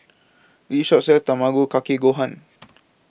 This Shop sells Tamago Kake Gohan